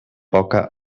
poca